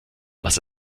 was